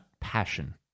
passion